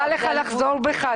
אני ממליצה לך לחזור בך.